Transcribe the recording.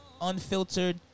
unfiltered